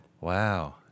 Wow